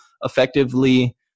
effectively